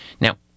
Now